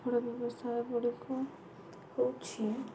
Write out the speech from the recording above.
ଫଳ ବ୍ୟବସାୟ ଗୁଡ଼ିକ ହଉଛି